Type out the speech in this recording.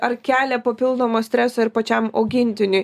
ar kelia papildomo streso ir pačiam augintiniui